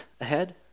ahead